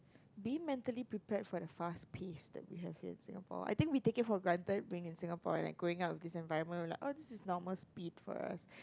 be mentally prepared for the fast paced that we have here in Singapore I think we take it for granted being in Singapore and like growing up with this environment lah this is normal speed for us